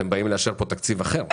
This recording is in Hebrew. אתם באים לאשר פה תקציב אחר,